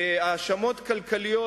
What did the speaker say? בהאשמות כלכליות,